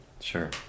Sure